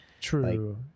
True